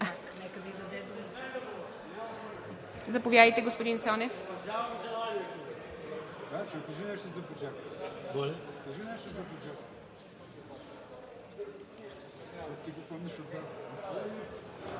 Заповядайте, господин Цонев.